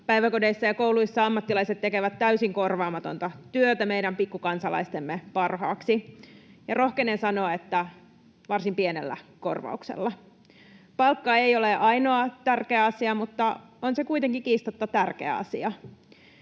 Päiväkodeissa ja kouluissa ammattilaiset tekevät täysin korvaamatonta työtä meidän pikkukansalaistemme parhaaksi, ja rohkenen sanoa, että varsin pienellä korvauksella. Palkka ei ole ainoa tärkeä asia, mutta on se kuitenkin kiistatta tärkeä asia.